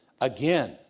again